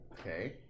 Okay